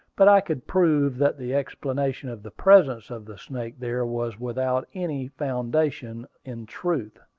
but i could prove that the explanation of the presence of the snake there was without any foundation in truth.